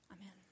Amen